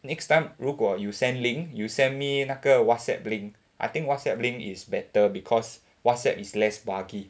next time 如果 you send link you send me 那个 Whatsapp link I think Whatsapp link is better because Whatsapp is less buggy